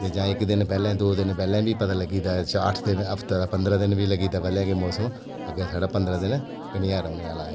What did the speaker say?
ते जांं इक दिन पैह्लै दौं दिन पैह्लैं बी पता लग्गी जंदा हफ्ता पंदरां दिन पैह्लैं बी अग्गै साढ़ै पंदरां दिन कनेहा रौह्ने आह्ला